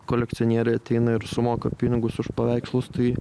kolekcionieriai ateina ir sumoka pinigus už paveikslus tai